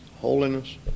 Holiness